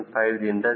5 ದಿಂದ 0